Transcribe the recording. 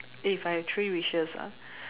if I have three wishes ah